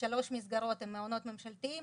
שלוש מסגרות הן מעונות ממשלתיים